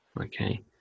Okay